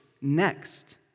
next